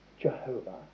Jehovah